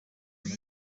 kuri